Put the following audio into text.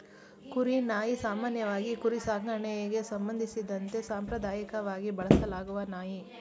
ಕುರಿ ನಾಯಿ ಸಾಮಾನ್ಯವಾಗಿ ಕುರಿ ಸಾಕಣೆಗೆ ಸಂಬಂಧಿಸಿದಂತೆ ಸಾಂಪ್ರದಾಯಕವಾಗಿ ಬಳಸಲಾಗುವ ನಾಯಿ